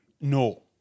no